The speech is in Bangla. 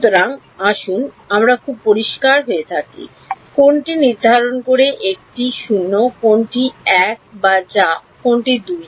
সুতরাং আসুন আমরা খুব পরিষ্কার হয়ে থাকি কোনটি নির্ধারণ করে একটি 0 কোনটি 1 যা কোনটি 2